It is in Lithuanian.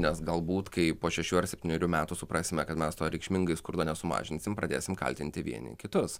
nes galbūt kai po šešių ar septynerių metų suprasime kad mes to reikšmingai skurdo nesumažinsim pradėsim kaltinti vieni kitus